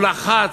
הוא לחץ,